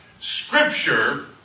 Scripture